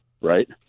right